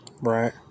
Right